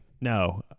No